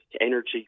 energy